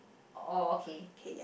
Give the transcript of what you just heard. oh okay